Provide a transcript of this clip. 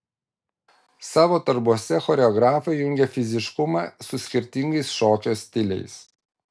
savo darbuose choreografai jungia fiziškumą su skirtingais šokio stiliais